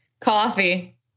Coffee